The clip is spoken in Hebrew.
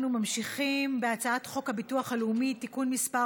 אנחנו ממשיכים להצעת חוק הביטוח הלאומי (תיקון מס'